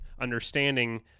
understanding